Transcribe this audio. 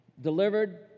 delivered